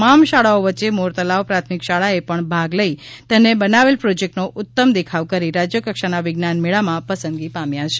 તમામ શાળાઓ વચ્ચે મોરતલાવ પ્રાથમિક શાળાએ પણ ભાગ લઇ તેને બનાવેલ પ્રોજેક્ટનો ઉત્તમ દેખાવ કરી રાજ્ય કક્ષાના વિજ્ઞાન મેળામાં પસંદગી થયો હતો